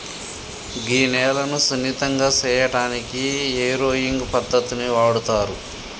గీ నేలను సున్నితంగా సేయటానికి ఏరోయింగ్ పద్దతిని వాడుతారు